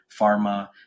pharma